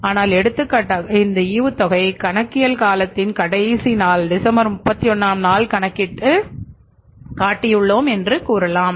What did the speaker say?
ஆனால் எடுத்துக்காட்டாக இந்த ஈவுத்தொகை கணக்கியல் காலத்தின் கடைசி நாள் டிசம்பர் 31 நாம் கணக்கிட்டு காட்டியுள்ளோம் என்று கூறலாம்